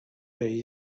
bay